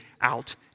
out